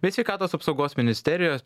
bei sveikatos apsaugos ministerijos